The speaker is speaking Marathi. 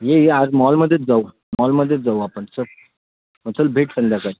ये ये आज मॉलमध्येच जाऊ मॉलमध्येच जाऊ आपण चल चल भेट संध्याकाळी